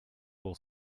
will